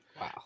Wow